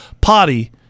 potty